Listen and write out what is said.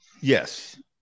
Yes